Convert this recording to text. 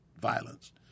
violence